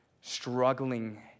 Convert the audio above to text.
struggling